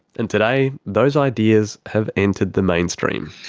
and today, those ideas have entered the mainstream.